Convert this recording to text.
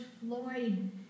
Floyd